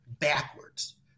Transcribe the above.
backwards